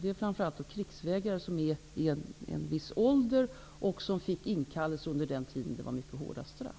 Det är framför allt krigsvägrare som är i en viss ålder och blev inkallade under den tid när de kunde få mycket hårda straff.